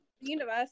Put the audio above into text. universe